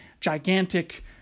gigantic